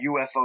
UFO